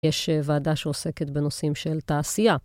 יש ועדה שעוסקת בנושאים של תעשייה.